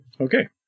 okay